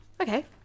okay